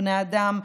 בני האדם,